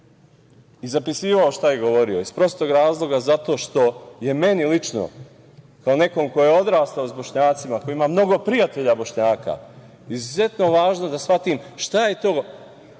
i zapisivao šta je govorio iz prostog razloga zato što je meni lično kao nekom ko je odrastao sa Bošnjacima, koji ima mnogo prijatelja Bošnjaka, izuzetno važno da shvatim šta je u osnovi